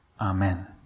amen